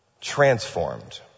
transformed